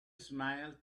smiled